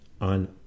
on